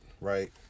right